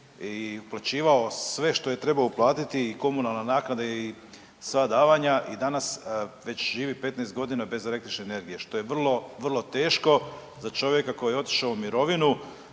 i uplaćivao sve što je trebao uplatiti i komunalne naknade i sva davanja i danas već živi 15.g. bez električne energije što je vrlo, vrlo teško za čovjeka koji je otišao u mirovinu.